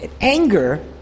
Anger